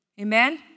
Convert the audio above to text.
Amen